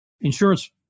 insurance